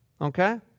okay